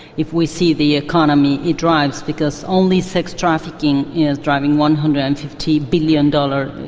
if we see the economy, it drives because only sex trafficking is driving one hundred and fifty billion dollars,